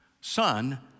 son